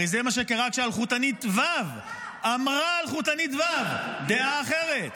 הרי זה מה שקרה כשהאלחוטנית ו' אמרה דעה אחרת.